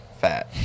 Fat